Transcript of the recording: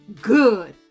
good